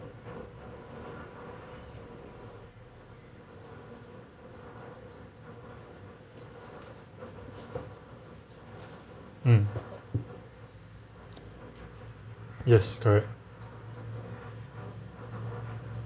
mm yes correct